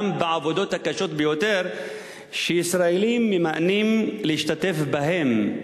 גם בעבודות הקשות ביותר שישראלים ממאנים להשתתף בהן,